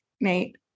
Nate